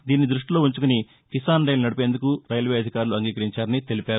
దీన్ని రృష్టిలో ఉంచుకుని కిసాన్ రైలు నడిపేందుకు రైల్వే అధికారులు అంగీకరించారని తెలిపారు